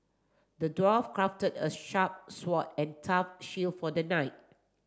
the dwarf crafted a sharp sword and tough shield for the knight